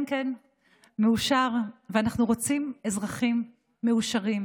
כן כן, מאושר, ואנחנו רוצים אזרחים מאושרים,